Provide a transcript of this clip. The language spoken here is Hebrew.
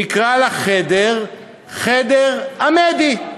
נקרא לחדר "חדר עמדי"